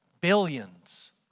billions